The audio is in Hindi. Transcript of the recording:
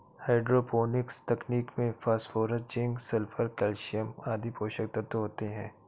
हाइड्रोपोनिक्स तकनीक में फास्फोरस, जिंक, सल्फर, कैल्शयम आदि पोषक तत्व होते है